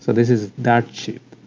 so this is that cheap